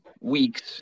weeks